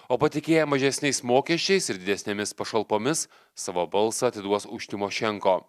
o patikėję mažesniais mokesčiais ir didesnėmis pašalpomis savo balsą atiduos už tymošenko